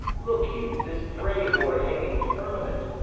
look you, this brave o'erhanging firmament,